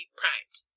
primed